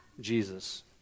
Jesus